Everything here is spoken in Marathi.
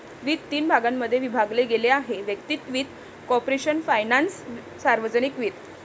वित्त तीन भागांमध्ये विभागले गेले आहेः वैयक्तिक वित्त, कॉर्पोरेशन फायनान्स, सार्वजनिक वित्त